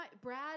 Brad